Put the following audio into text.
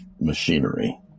machinery